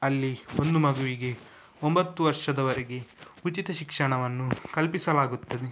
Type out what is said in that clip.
ಅಲ್ಲಿ ಒಂದು ಮಗುವಿಗೆ ಒಂಬತ್ತು ವರ್ಷದವರೆಗೆ ಉಚಿತ ಶಿಕ್ಷಣವನ್ನು ಕಲ್ಪಿಸಲಾಗುತ್ತದೆ